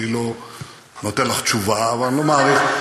אני לא נותן לך תשובה, תחבור אלי.